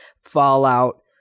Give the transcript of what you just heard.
fallout